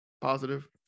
Positive